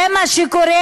זה מה שקורה,